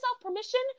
permission